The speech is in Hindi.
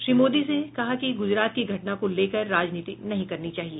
श्री मोदी ने कहा कि गुजरात की घटना को लेकर राजनीति नहीं करनी चाहिए